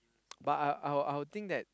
but I'll I'll I'll think that